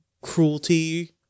cruelty